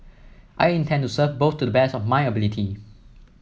I intend to serve both to the best of my ability